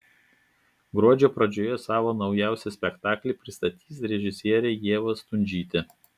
gruodžio pradžioje savo naujausią spektaklį pristatys režisierė ieva stundžytė